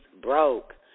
broke